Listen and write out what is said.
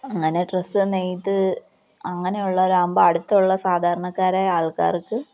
അങ്ങനെ ഡ്രസ്സ് നെയ്ത് അങ്ങനെയുള്ളരാവുമ്പോൾ അടുത്തുള്ള സാധാരണക്കാരായ ആൾക്കാർക്ക്